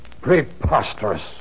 Preposterous